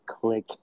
click